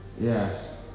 Yes